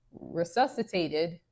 resuscitated